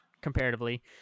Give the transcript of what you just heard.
comparatively